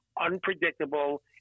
unpredictable